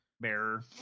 Bearer